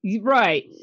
Right